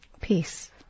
peace